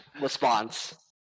response